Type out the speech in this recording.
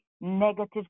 negative